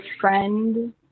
friend